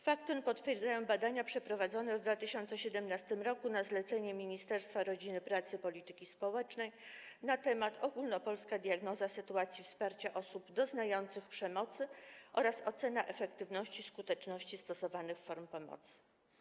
Fakt ten potwierdzają badania przeprowadzone w 2017 r. na zlecenie Ministerstwa Pracy i Polityki Społecznej pod nazwą „Ogólnopolska diagnoza infrastruktury wsparcia osób doznających przemocy oraz ocena efektywności i skuteczności stosowanych form pomocy”